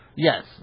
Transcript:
Yes